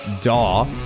Daw